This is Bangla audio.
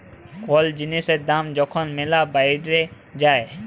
কল জিলিসের দাম যখল ম্যালা বাইড়ে যায়